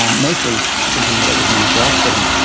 um mostly thinking that it was an antioxidant.